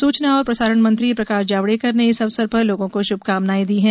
सूचना और प्रसारण मंत्री प्रकाश जावड़ेकर ने इस अवसर पर लोगों को शुभकामनाएं दी हैं